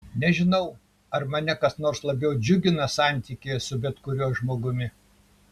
nežinau ar mane kas nors labiau džiugina santykyje su bet kuriuo žmogumi